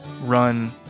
run